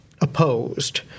opposed